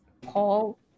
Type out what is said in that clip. Paul